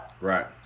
Right